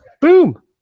Boom